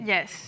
Yes